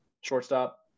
shortstop